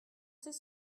c’est